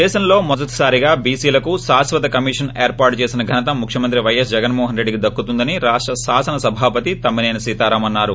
దేశంలో మొదటి సారిగా బీసీలకు శాశ్వత కమిషన్ ఏర్పాటు చేసిన ఘనత ముఖ్యమంత్రి పైఎస్ జగన్మోహన్ రెడ్డికి దక్కుతుందని రాష్ల శాసనసభాపతి తమ్మి సేని సీతారాం అన్నారు